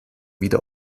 wieder